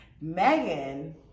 Megan